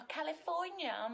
California